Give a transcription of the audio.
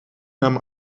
nam